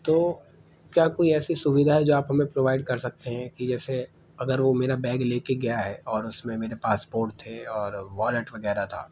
تو کیا کوئی ایسی سویدھا ہے جو آپ ہمیں پروائڈ کر سکتے ہیں کہ جیسے اگر وہ میرا بیگ لے کے گیا ہے اور اس میں میرے پاسپوٹ تھے اور والیٹ وغیرہ تھا